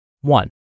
One